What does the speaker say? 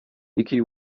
vicky